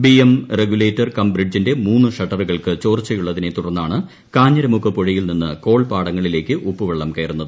Biyyam regulator cum ബ്രിഡ്ജിന്റെ മൂന്ന് ഷട്ടറുകൾക്ക് ചോർച്ചയുള്ളതിനെത്തുടർന്നാണ് കാഞ്ഞിരമുക്ക് പുഴയിൽനിന്ന് കോൾപാടങ്ങളിലേക്ക് ഉപ്പുവെള്ളം കയറുന്നത്